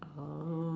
oh